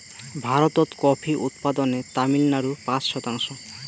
ভারতত কফি উৎপাদনে তামিলনাড়ু পাঁচ শতাংশ